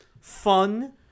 fun